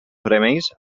remeis